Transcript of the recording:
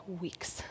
weeks